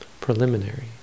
preliminary